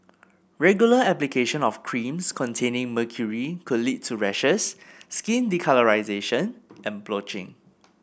regular application of creams containing mercury could lead to rashes skin discolouration and blotching